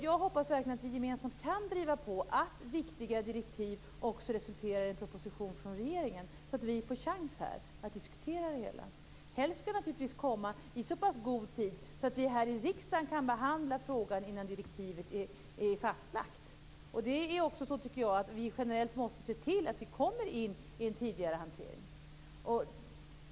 Jag hoppas verkligen att vi gemensamt kan driva på att viktiga direktiv också resulterar i propositioner från regeringen, så att vi här får chans att diskutera det hela. Helst skall de naturligtvis komma i så pass god tid att vi här i riksdagen kan behandla frågorna innan direktiven fastläggs. Jag tycker generellt att vi måste se till att vi kommer in i en tidigare hantering.